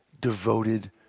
devoted